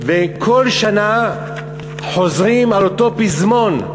וכל שנה חוזרים על אותו פזמון.